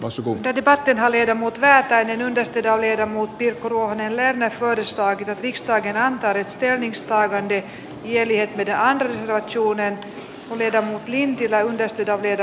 osa wunder debatin hallin ja muut väätäinen viestintä oli ja muut pirkko ruohonen lerner todistaa kyky pistää kevään väritsteinista lähde jäljet vetää andersson osuuden myötä lintilälle asti ja viedä